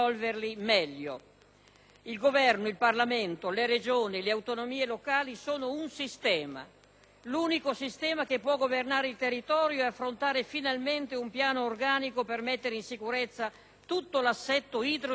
Il Governo, il Parlamento, le Regioni, le autonomie locali sono un sistema, l'unico sistema che può governare il territorio e affrontare finalmente un piano organico per mettere in sicurezza tutto l'assetto idrogeologico del Paese.